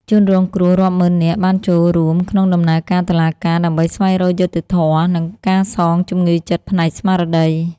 ជនរងគ្រោះរាប់ម៉ឺននាក់បានចូលរួមក្នុងដំណើរការតុលាការដើម្បីស្វែងរកយុត្តិធម៌ និងការសងជំងឺចិត្តផ្នែកស្មារតី។